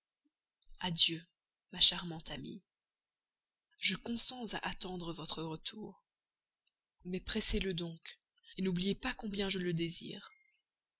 adieu ma charmante amie je consens à attendre votre retour mais pressez le donc n'oubliez pas combien je le désire